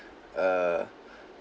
err